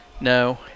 No